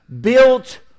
built